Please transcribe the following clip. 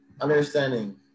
understanding